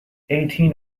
eighteen